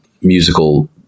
musical